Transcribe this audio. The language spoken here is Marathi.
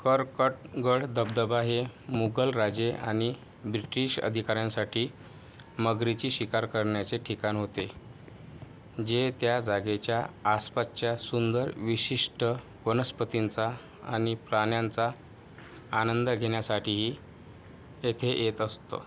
करकटगड धबधबा हे मुघल राजे आणि ब्रिटीश अधिकाऱ्यांसाठी मगरीची शिकार करण्याचे ठिकाण होते जे त्या जागेच्या आसपासच्या सुंदर विशिष्ट वनस्पतींचा आणि प्राण्यांचा आनंद घेण्यासाठीही येथे येत असत